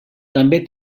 també